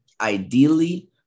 ideally